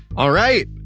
all right.